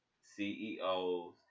CEOs